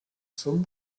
zum